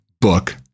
book